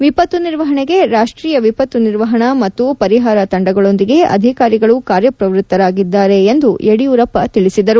ವಿಪತ್ತು ನಿರ್ವಹಣೆಗೆ ರಾಷ್ಟೀಯ ವಿಪತ್ತು ನಿರ್ವಹಣಾ ಮತ್ತು ಪರಿಹಾರ ತಂಡಗಳೊಂದಿಗೆ ಅಧಿಕಾರಿಗಳು ಕಾರ್ಯಪ್ರವ್ಪತ್ತರಾಗಿದ್ದಾರೆ ಎಂದು ಯಡಿಯೂರಪ್ಪ ತಿಳಿಸಿದರು